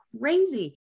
crazy